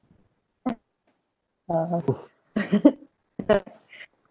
uh